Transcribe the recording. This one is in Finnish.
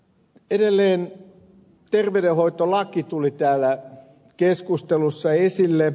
edelleen terveydenhoitolaki tuli täällä keskustelussa esille